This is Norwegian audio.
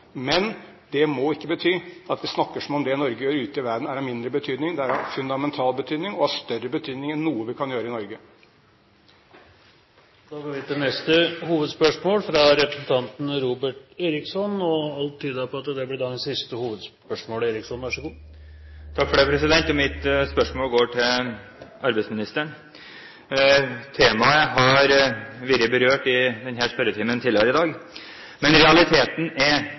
Men det må ikke bety at vi snakker som om det Norge gjør ute i verden, er av mindre betydning. Det er av fundamental betydning og av større betydning enn noe vi kan gjøre i Norge. Da går vi til neste og siste hovedspørsmål. Mitt spørsmål går til arbeidsministeren. Temaet har vært berørt i denne spørretimen tidligere i dag, men realiteten er at siden 2005 og frem til i dag er det 47 000 flere årsverk som har gått bort, fordi man har hatt en økning i